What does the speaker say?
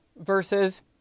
versus